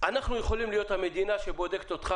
אנחנו יכולים להיות המדינה שבודקת אותך